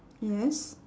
yes